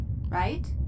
right